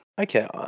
Okay